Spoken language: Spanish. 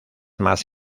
más